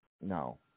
no